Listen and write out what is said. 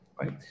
Right